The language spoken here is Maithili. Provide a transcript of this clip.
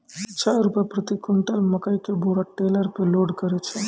छह रु प्रति क्विंटल मकई के बोरा टेलर पे लोड करे छैय?